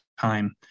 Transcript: time